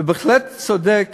ובהחלט צדק